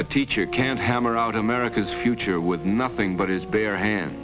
a teacher can hammer out america's future with nothing but his bare hands